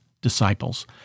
disciples